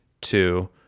two